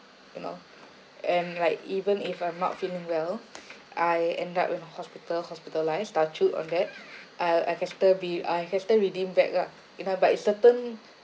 you know and like even if I'm not feeling well I ended up in a hospital hospitalised touch wood on that I'll I can still be I can still redeem back lah you know but it's certain